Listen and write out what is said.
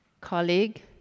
colleague